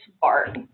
Bart